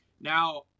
Now